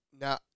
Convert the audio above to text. now